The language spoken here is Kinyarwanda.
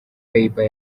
bieber